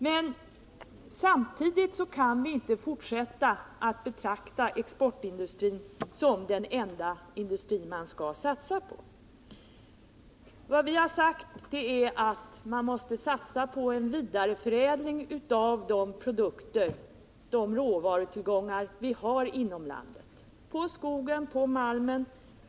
Men vi kan inte fortsätta att betrakta exportindustrin som den enda industri vi skall satsa på. Vi har sagt att vi måste satsa på vidareförädling av de produkter och råvarutillgångar som vi har inom landet, bl.a. skogen och malmen.